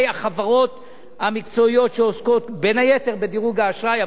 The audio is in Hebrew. החברות המקצועיות שעוסקות בין היתר בדירוג האשראי,